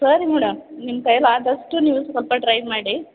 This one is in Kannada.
ಸರಿ ಮೇಡಮ್ ನಿಮ್ಮ ಕೈಯಲ್ಲಿ ಆದಷ್ಟು ನೀವು ಸ್ವಲ್ಪ ಟ್ರೈ ಮಾಡಿ